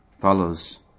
follows